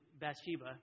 Bathsheba